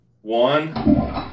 One